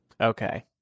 Okay